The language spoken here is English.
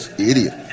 idiot